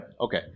Okay